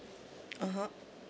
(uh huh)